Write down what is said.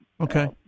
Okay